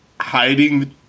hiding